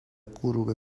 غروب